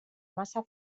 massa